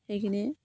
সেইখিনি